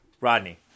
rodney